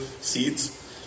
seeds